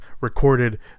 recorded